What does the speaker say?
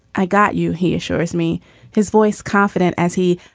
i got you. he assures me his voice confident as he.